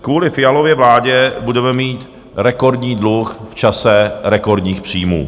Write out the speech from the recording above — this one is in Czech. Kvůli Fialově vládě budeme mít rekordní dluh v čase rekordních příjmů.